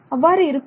அவ்வாறு இருக்காது